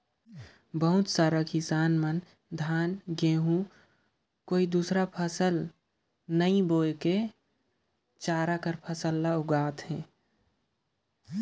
बहुत से किसान मन हर धान, गहूँ अउ कोनो दुसर फसल नी बो कर चारा कर फसल लेवत अहे